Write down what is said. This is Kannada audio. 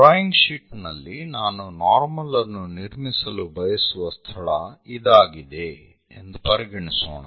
ಡ್ರಾಯಿಂಗ್ ಶೀಟ್ನಲ್ಲಿ ನಾನು ನಾರ್ಮಲ್ ಅನ್ನು ನಿರ್ಮಿಸಲು ಬಯಸುವ ಸ್ಥಳ ಇದಾಗಿದೆ ಎಂದು ಪರಿಗಣಿಸೋಣ